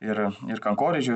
ir ir kankorėžių